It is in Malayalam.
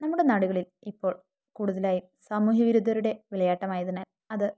നമ്മുടെ നാടുകളിൽ ഇപ്പോൾ കൂടുതലായും സാമൂഹിക വിരുദ്ധരുടെ വിളയാട്ടമായതിനാൽ അത്